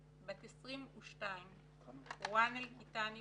בת 22. רואן אל טיטאני,